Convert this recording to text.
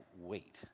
wait